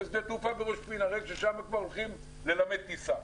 יש שדה תעופה בראש פינה והוא ריק ושם כבר הולכים ללמד טיסה.